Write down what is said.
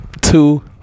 Two